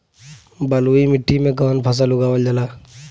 बलुई मिट्टी में कवन फसल उगावल जाला?